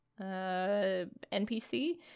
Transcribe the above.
NPC